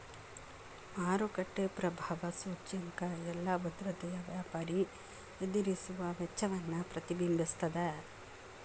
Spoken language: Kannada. ಮಾರುಕಟ್ಟೆ ಪ್ರಭಾವ ಸೂಚ್ಯಂಕ ಎಲ್ಲಾ ಭದ್ರತೆಯ ವ್ಯಾಪಾರಿ ಎದುರಿಸುವ ವೆಚ್ಚವನ್ನ ಪ್ರತಿಬಿಂಬಿಸ್ತದ